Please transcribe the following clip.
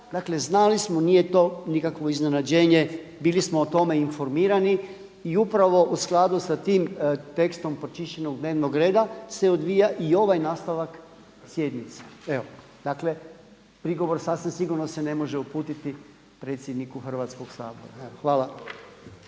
znali smo nije to nikakvo iznenađenje, bilo smo o tome informirani. I upravo u skladu sa time tekstom pročišćenog dnevnog reda se odvija i ovaj nastavak sjednice. Evo, dakle prigovor sasvim sigurno se ne može uputiti predsjedniku Hrvatskoga sabora. Hvala.